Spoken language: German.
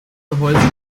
gehäuse